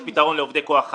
יש פתרון לעובדי כוח אדם.